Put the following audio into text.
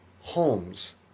homes